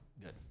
Good